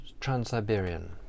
Trans-Siberian